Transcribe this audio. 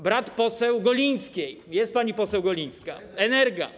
Brat poseł Golińskiej - jest pani poseł Golińska - Energa.